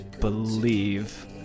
believe